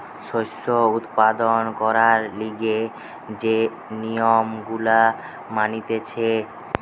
শস্য উৎপাদন করবার লিগে যে নিয়ম গুলা মানতিছে